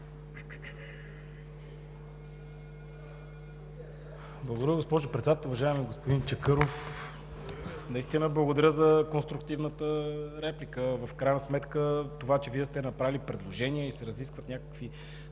Благодаря Ви, госпожо Председател. Уважаеми господин Чакъров, наистина благодаря за конструктивната реплика. В крайна сметка това, че Вие сте направили предложение и се разискват някакви